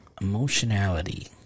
Emotionality